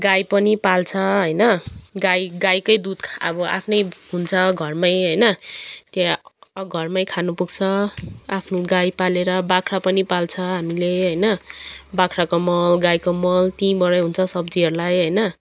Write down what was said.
गाई पनि पाल्छ होइन गाई गाईकै दुध अब आफ्नै हुन्छ घरमै होइन त्यहाँ घरमै खानुपुग्छ आफ्नो गाई पालेर बाख्रा पनि पाल्छ हामीले होइन बाख्राको मल गाईको मल त्यहीबाटै सब्जीहरूलाई होइन